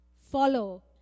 follow